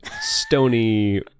stony